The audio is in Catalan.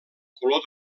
color